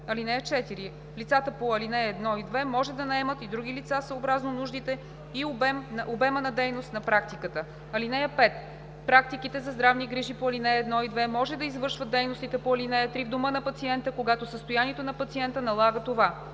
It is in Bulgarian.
(4) Лицата по ал. 1 и 2 може да наемат и други лица съобразно нуждите и обема на дейност на практиката. (5) Практиките за здравни грижи по ал. 1 и 2 може да извършват дейностите по ал. 3 в дома на пациента, когато състоянието на пациента налага това.